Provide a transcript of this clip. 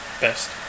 best